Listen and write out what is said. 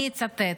אני אצטט: